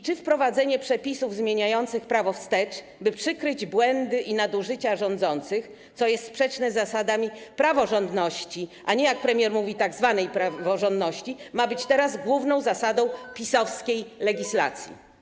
Czy wprowadzenie przepisów zmieniających prawo wstecz, by przykryć błędy i nadużycia rządzących, co jest sprzeczne z zasadami praworządności - a nie, jak premier mówi, tzw. praworządności - ma być teraz główną zasadą PiS-owskiej legislacji?